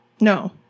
No